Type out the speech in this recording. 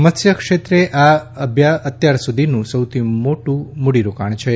મત્સ્ય ક્ષેત્રે આ અત્યાર સુધીનું સૌથી મોટું મૂડીરોકાણ છે